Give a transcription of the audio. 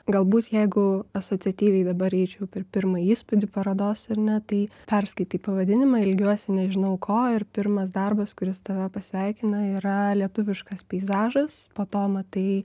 galbūt jeigu asociatyviai dabar eičiau per pirmąjį įspūdį parodos ar ne tai perskaitai pavadinimą ilgiuosi nežinau ko ir pirmas darbas kuris tave pasveikina yra lietuviškas peizažas po to matai